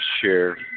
share